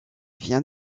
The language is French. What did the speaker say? vient